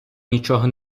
нічого